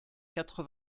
quatre